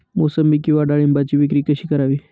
मोसंबी किंवा डाळिंबाची विक्री कशी करावी?